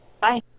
Bye